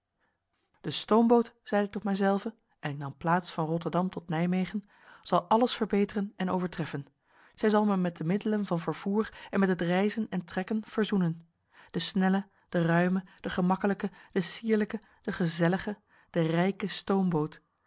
de stoomboot zeide ik tot mij zelven en ik nam een plaats van rotterdam tot nijmegen zal alles verbeteren en overtreffen zij zal mij met de middelen van vervoer en met het reizen en trekken verzoenen de snelle de ruime de gemakkelijke de sierlijke de gezellige de rijke stoomboot